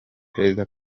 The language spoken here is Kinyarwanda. perezida